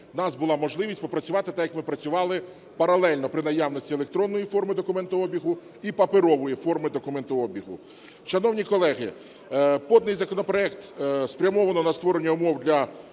в нас була можливість попрацювати так, як ми працювали – паралельно: при наявності електронної форми документообігу і паперової форми документообігу. Шановні колеги, кожний законопроект спрямовано на створення умов для